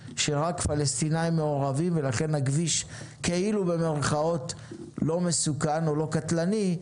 הפלסטיניות ולכן הכביש כאילו "לא מסוכן" או "לא קטלני".